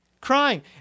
Crying